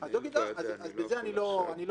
אז בזה אני לא נוגע.